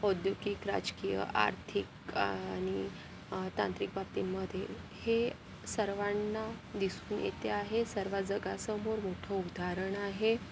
औद्योगिक राजकीय आर्थिक आणि तांत्रिक बाबतीमध्ये हे सर्वांना दिसून येते आहे सर्व जगासमोर मोठं उदाहरण आहे